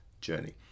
journey